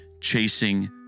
chasing